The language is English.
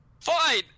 Fine